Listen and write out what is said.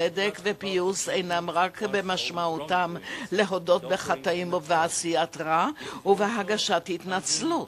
צדק ופיוס אינם במשמעותם רק להודות בחטאים ובעשיית רע ולהגיש התנצלות.